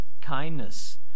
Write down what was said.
Kindness